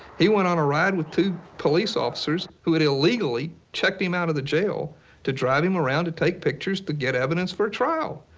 he went on a ride with two police officers who had illegally checked him out of the jail to drive him around to take pictures to get evidence for a trial.